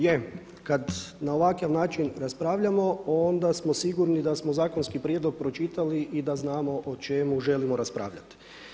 Je, jada na ovakav način raspravljamo onda smo sigurni da smo zakonski prijedlog pročitali i da znamo o čemu želimo raspravljati.